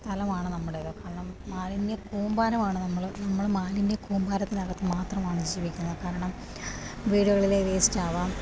സ്ഥലമാണ് നമ്മുടേത് കാരണം മാലിന്യകൂമ്പാരമാണ് നമ്മള് നമ്മള് മാലിന്യകൂമ്പാരത്തിനകത്ത് മാത്രമാണ് ജീവിക്കുന്നത് കാരണം വീടുകളിലെ വെയിസ്റ്റ് ആകാം